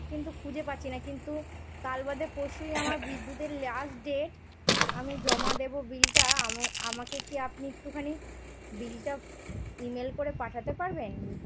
কিন্তু খুঁজে পাচ্ছি না কিন্তু কাল বাদে পরশুই আমার বিদ্যুতের লাস্ট ডেট আমি জমা দেবো বিলটা আমা আমাকে কি আপনি একটুখানি বিলটা ইমেল করে পাঠাতে পারবেন